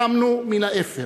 קמנו מן האפר,